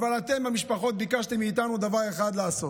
אתם, המשפחות, ביקשתם מאיתנו דבר אחד לעשות: